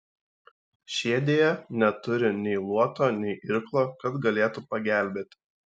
šie deja neturi nei luoto nei irklo kad galėtų pagelbėti